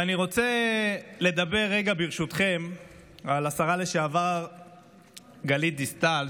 ואני רוצה לדבר רגע ברשותכם על השרה לשעבר גלית דיסטל,